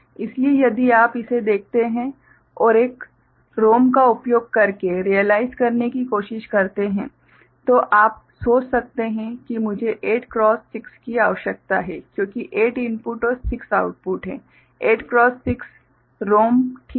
इसलिए यदि आप इसे देखते हैं और एक ROM का उपयोग करके रियलाइज़ करने की कोशिश करते हैं तो आप सोच सकते हैं कि मुझे 8 क्रॉस 6 की आवश्यकता है क्योंकि 8 इनपुट और 6 आउटपुट हैं 8 क्रॉस 6 रोम ठीक हैं